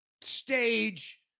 stage